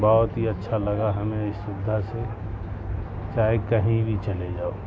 بہت ہی اچھا لگا ہمیں اس سبدھا سے چاہے کہیں بھی چلے جاؤ